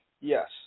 Yes